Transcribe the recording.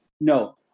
No